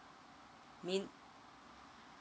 mean